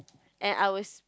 I always